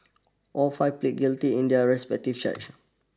all five pleaded guilty in their respective charges